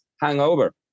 hangover